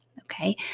Okay